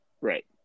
Right